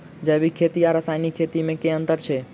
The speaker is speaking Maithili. जैविक खेती आ रासायनिक खेती मे केँ अंतर छै?